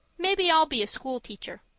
maybe i'll be a school-teacher.